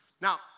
Now